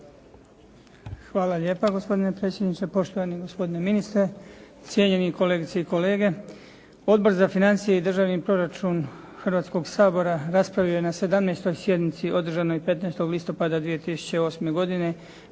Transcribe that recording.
Hvala lijepo gospodine predsjedniče. Poštovani gospodine ministre, cijenjeni kolegice i kolege. Odbor za financije i državni proračun Hrvatskoga sabora raspravio je na 17. sjednici održano 15. listopada 2008. godine